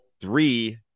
three